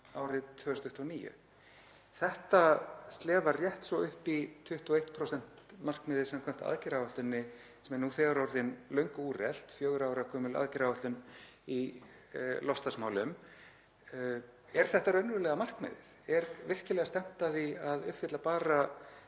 árið 2029. Þetta slefar rétt svo upp í 21% markmiðið samkvæmt aðgerðaáætluninni sem er nú þegar orðin löngu úrelt, fjögurra ára gömul aðgerðaáætlun í loftslagsmálum. Er þetta raunverulega markmiðið? Er virkilega stefnt að því að uppfylla bara